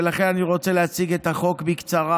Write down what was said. ולכן אני רוצה להציג את החוק בקצרה,